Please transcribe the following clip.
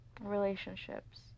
relationships